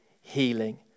healing